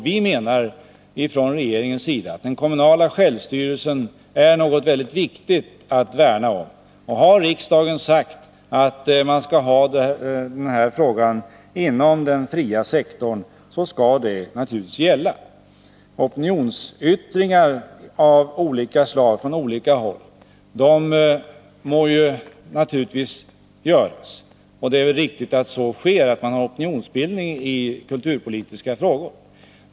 Vi menar från regeringens sida att den kommunala självstyrelsen är något mycket viktigt att värna om. Och har riksdagen sagt att man skall ha den här frågan inom den fria sektorn, skall det naturligtvis gälla. Opinionsyttringar av olika slag från olika håll må naturligtvis göras. Det är riktigt att det förekommer opinionsbildning i kulturpolitiska frågor.